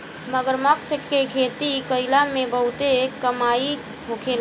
मगरमच्छ के खेती कईला में बहुते कमाई होखेला